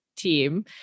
team